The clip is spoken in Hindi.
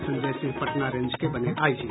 संजय सिंह पटना रेंज के बने आईजी